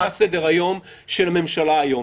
-- עכשיו קיבלנו בווטסאפ מה סדר-היום של הממשלה היום.